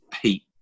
heat